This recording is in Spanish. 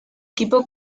equipo